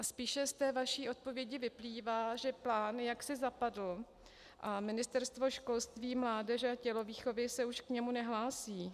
Spíše z vaší odpovědi vyplývá, že plán jaksi zapadl a Ministerstvo školství, mládeže a tělovýchovy se už k němu nehlásí.